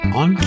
on